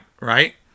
right